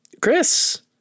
Chris